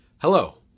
Hello